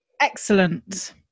Excellent